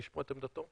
לשמוע את עמדתו.